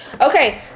Okay